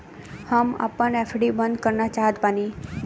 हम आपन एफ.डी बंद करना चाहत बानी